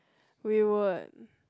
we would